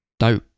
No